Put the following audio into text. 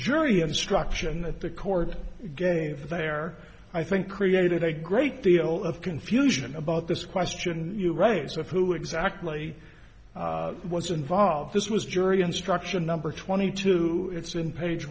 jury instruction that the court gave there i think created a great deal of confusion about this question you raise of who exactly was involved this was jury instruction number twenty two it's in page